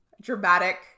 dramatic